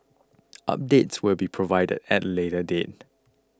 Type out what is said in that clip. updates will be provided at a later date